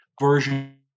version